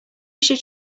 should